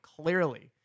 clearly